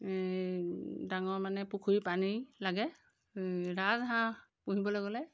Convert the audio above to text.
এই ডাঙৰ মানে পুখুৰীৰ পানী লাগে এই ৰাজ হাঁহ পুহিবলৈ গ'লে